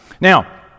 Now